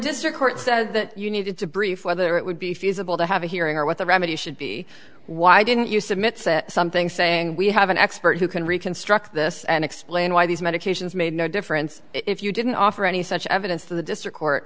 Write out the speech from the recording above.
district court said that you needed to brief whether it would be feasible to have a hearing or what the remedy should be why didn't you submit something saying we have an expert who can reconstruct this and explain why these medications made no difference if you didn't offer any such evidence to the district court